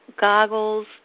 goggles